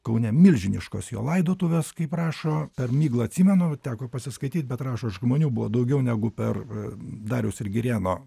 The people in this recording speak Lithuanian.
kaune milžiniškos jo laidotuvės kaip rašo per miglą atsimenu teko pasiskaityt bet rašo žmonių buvo daugiau negu per dariaus ir girėno